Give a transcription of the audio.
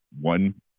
one